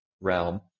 realm